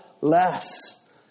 Less